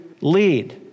lead